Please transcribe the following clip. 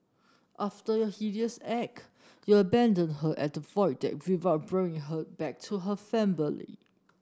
after your heinous you abandoned her at the Void Deck without bringing her back to her family